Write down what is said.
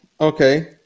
okay